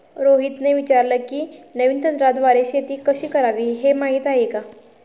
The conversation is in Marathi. रोहितने विचारले की, नवीन तंत्राद्वारे शेती कशी करावी, हे माहीत आहे का?